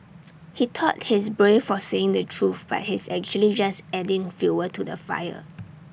he thought he's brave for saying the truth but he's actually just adding fuel to the fire